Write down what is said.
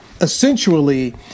essentially